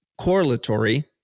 correlatory